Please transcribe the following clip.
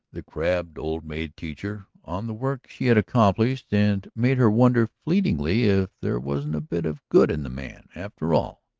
the crabbed old-maid teacher, on the work she had accomplished and made her wonder fleetingly if there wasn't a bit of good in the man, after all.